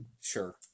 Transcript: Sure